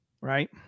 Right